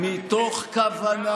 מתוך כוונה